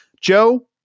Joe